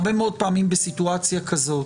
הרבה פעמים בסיטואציה כזאת